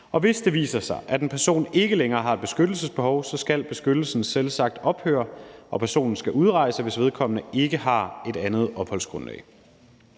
Hvis det viser sig, at en person ikke længere har et beskyttelsesbehov, skal beskyttelsen selvsagt ophøre, og personen skal udrejse, hvis vedkommende ikke har et andet opholdsgrundlag.